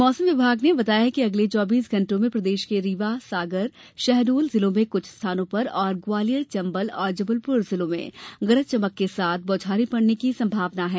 मौसम विभाग ने बताया कि अगले चौबीस घण्टों में प्रदेश के रीवा सागर शहडोल जिलों में कुछ स्थानों पर और ग्वालियर चंबल और जबलपुर जिलों में गरज चमक के साथ बौछारें पड़ने की संभावना है